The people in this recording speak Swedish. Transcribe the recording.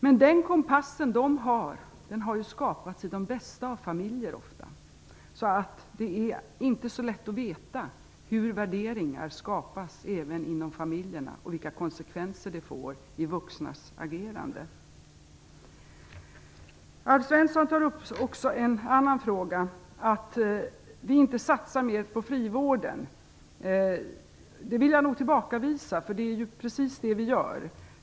Men den kompass som de har har ofta skapats i de bästa av familjer, så det är inte heller när det gäller familjerna så lätt att veta hur värderingar skapas och vilka konsekvenser dessa får i vuxnas agerande. Alf Svensson undrar också varför vi inte satsar mer på frivården. Det vill jag nog tillbakavisa, för det är precis det som vi gör.